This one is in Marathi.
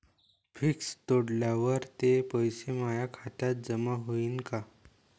फिक्स तोडल्यावर ते पैसे माया खात्यात जमा होईनं का?